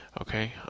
okay